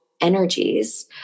energies